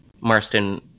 Marston